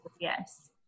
yes